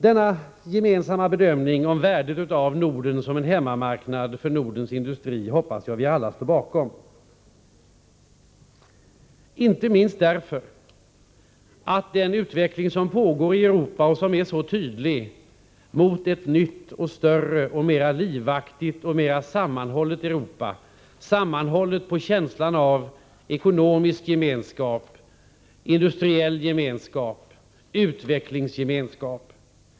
Denna gemensamma bedömning om värdet av Norden som en hemma marknad för Nordens industri hoppas jag att vi alla står bakom, inte minst Nr 32 därför att det pågår en tydlig utveckling i Europa mot ett nytt och större samt Onsdagen den mera livaktigt och sammanhållet Europa, sammanhållet i känslan av 21 november 1984 ekonomisk gemenskap, industriell gemenskap och utvecklingsgemenskap.